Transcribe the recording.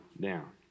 down